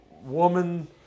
woman